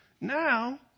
Now